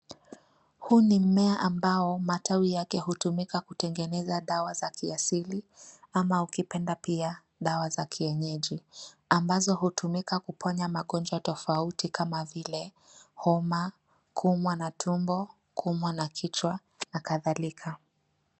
Huu ni mmea ambao matawi yake hutumika kutengeneza dawa za kiasili ama ukipenda pia dawa za kienyeji ambazo hutumika kuponya magonjwa tofauti kama vile homa, kuumwa na tumbo, kuumwa na kichwa na kadhalika.